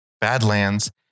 Badlands